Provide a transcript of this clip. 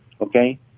okay